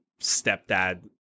stepdad